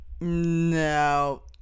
No